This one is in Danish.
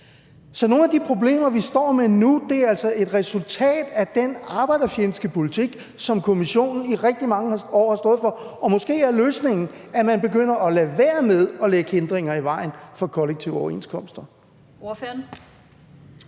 Så nogle af de problemer, vi står med nu, er altså et resultat af den arbejderfjendske politik, som Kommissionen i rigtig mange år har stået for. Og måske er løsningen, at man begynder at lade være med at lægge hindringer i vejen for kollektive overenskomster.